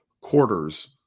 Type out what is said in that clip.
quarters